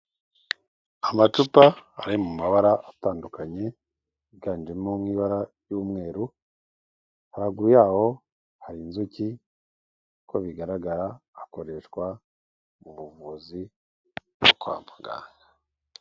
Amacupa ari mu mabara atandukanye, yiganjemo nk'ibara ry'umweru, haguru yaho hari inzuki uko bigaragara hakoreshwa mu buvuzi bwo kwa muganga.